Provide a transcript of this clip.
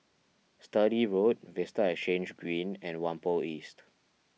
Sturdee Road Vista Exhange Green and Whampoa East